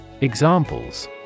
Examples